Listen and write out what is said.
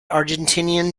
argentinian